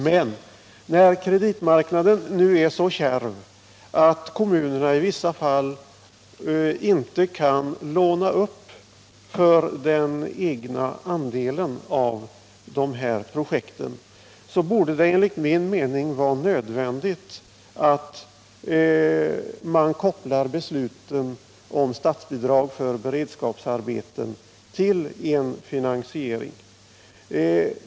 Men när kreditmarknaden nu är så kärv att kommunerna i vissa fall inte kan låna upp för den egna andelen av de här projekten borde det enligt min mening vara nödvändigt att koppla besluten om statsbidrag för beredskapsarbeten till en finansiering.